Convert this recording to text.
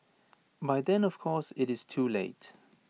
by then of course IT is too late